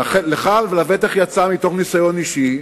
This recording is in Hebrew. לך לבטח יצא מתוך ניסיון אישי,